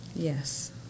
Yes